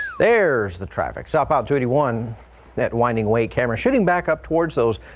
there's the traffic stop out to anyone that winding way camera shooting back up towards those.